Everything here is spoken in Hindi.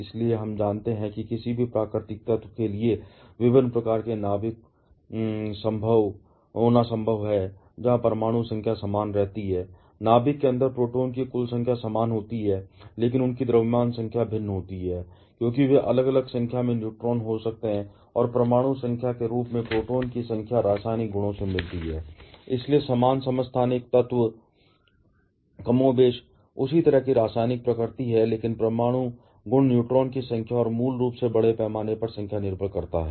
इसलिए हम जानते हैं कि किसी भी प्राकृतिक तत्व के लिए विभिन्न प्रकार के नाभिक होना संभव है जहां परमाणु संख्या समान रहती है नाभिक के अंदर प्रोटॉन की कुल संख्या समान होती है लेकिन उनकी द्रव्यमान संख्या भिन्न होती है क्योंकि वे अलग अलग संख्या में न्यूट्रॉन हो सकते हैं और परमाणु संख्या के रूप में प्रोटॉन की संख्या रासायनिक गुणों से मिलती है इसलिए समान समस्थानिक तत्व कमोबेश उसी तरह की रासायनिक प्रकृति है लेकिन परमाणु गुण न्यूट्रॉन की संख्या और मूल रूप से बड़े पैमाने पर संख्या पर निर्भर करता है